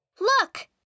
Look